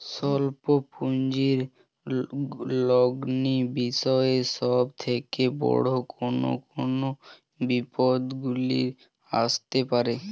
স্বল্প পুঁজির লগ্নি বিষয়ে সব থেকে বড় কোন কোন বিপদগুলি আসতে পারে?